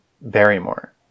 Barrymore